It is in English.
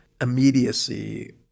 immediacy